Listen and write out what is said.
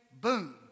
boom